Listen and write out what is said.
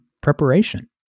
preparation